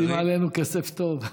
עושים עלינו כסף טוב.